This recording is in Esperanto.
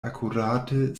akurate